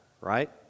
right